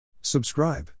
Subscribe